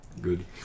Good